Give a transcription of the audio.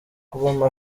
kubamo